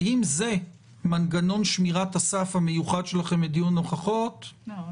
ואם זה מנגנון שמירת הסף המיוחד שלכם בדיון הוכחות --- לא,